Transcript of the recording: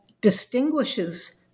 distinguishes